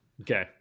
Okay